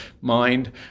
mind